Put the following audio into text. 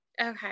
Okay